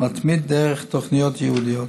מתמיד דרך תוכניות ייעודיות.